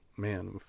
man